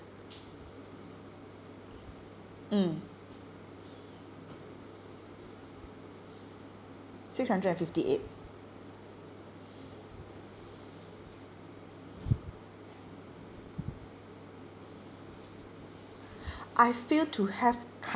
mm six hundred and fifty eight I feel to have